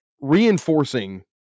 reinforcing